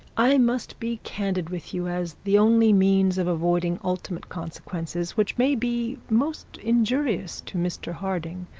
i must be candid with you as the only means of avoiding ultimate consequences, which may be most injurious to mr harding.